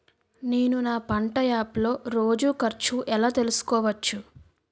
నేను నా పంట యాప్ లో రోజు ఖర్చు ఎలా తెల్సుకోవచ్చు?